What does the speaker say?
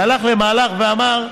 הלך למהלך ואמר: